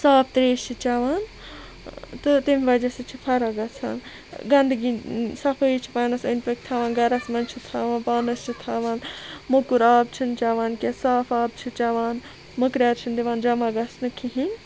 صاف ترٛیش چھِ چٮ۪وان تہٕ تمہِ وجہ سۭتۍ چھِ فرق گژھان گنٛدگی صفٲیی چھِ پانَس أنٛدۍ پٔکۍ تھاوان گَرَس منٛز چھِ تھاوان پانَس چھِ تھاوان موٚکُر آب چھِنہٕ چٮ۪وان کینٛہہ صاف آب چھِ چٮ۪وان مٔکریٛار چھِنہٕ دِوان جمع گژھنہٕ کِہیٖنۍ